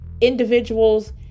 individuals